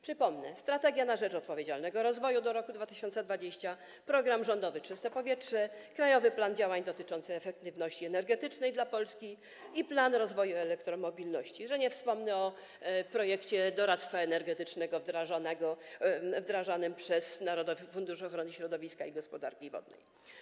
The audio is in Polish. Przypomnę: „Strategia na rzecz odpowiedzialnego rozwoju do roku 2020”, program rządowy „Czyste powietrze”, „Krajowy plan działań dotyczący efektywności energetycznej dla Polski” i „Plan rozwoju elektromobilności w Polsce”, że nie wspomnę o projekcie doradztwa energetycznego wdrażanym przez Narodowy Fundusz Ochrony Środowiska i Gospodarki Wodnej.